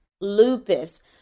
lupus